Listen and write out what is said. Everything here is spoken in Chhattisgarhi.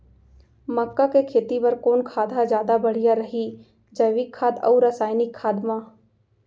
मक्का के खेती बर कोन खाद ह जादा बढ़िया रही, जैविक खाद अऊ रसायनिक खाद मा?